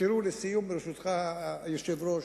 לסיום, ברשותך, היושב-ראש,